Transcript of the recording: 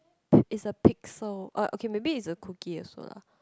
is a pixel uh okay maybe is a cookie also lah